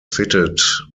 fitted